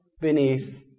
beneath